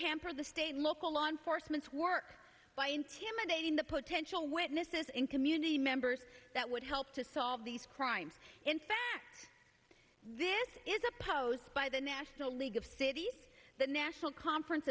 hamper the state and local law enforcement work by intimidating the potential witnesses and community members that would help to solve these crimes in fact this is opposed by the national league of cities the national conference